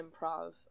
improv